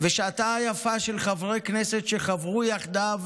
ושעתם היפה של חברי כנסת שחברו יחדיו,